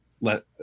Let